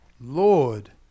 Lord